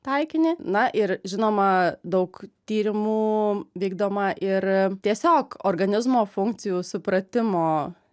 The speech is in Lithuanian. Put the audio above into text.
taikinį na ir žinoma daug tyrimų vykdoma ir tiesiog organizmo funkcijų supratimo